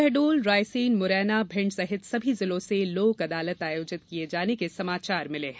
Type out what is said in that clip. शहडोल रायसेन मुरैना भिण्ड सहित सभी जिलों से लोक अदालत आयोजित किये जाने के समाचार मिले हैं